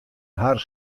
har